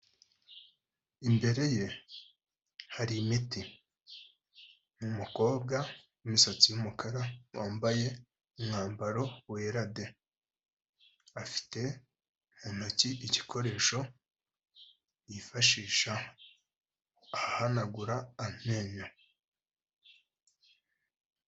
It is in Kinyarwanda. Imbere ye hari imiti umukobwa w'imisatsi y'umukara wambaye umwambaro wera de, afite mu ntoki igikoresho yifashisha ahanagura amenyo.